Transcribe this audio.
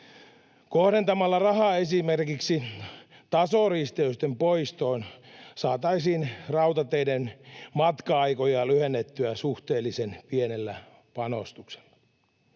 Kohdentamalla rahaa esimerkiksi tasoristeysten poistoon saataisiin rautateiden matka-aikoja lyhennettyä suhteellisen pienellä panostuksella.